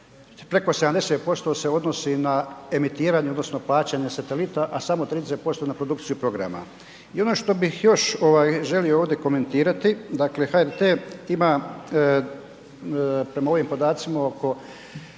preko 70% se odnosi na emitiranje odnosno plaćanje satelita, a samo 20% na produkciju programa. I ono što bih još ovaj želio ovdje komentirati, dakle HRT ima prema ovim podacima oko